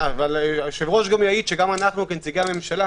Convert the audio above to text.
היושב-ראש יעיד שגם אנחנו, כנציגי הממשלה